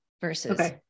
versus